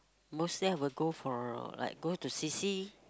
mostly I will go for uh like go to C_C